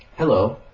hello,